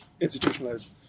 institutionalized